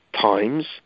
times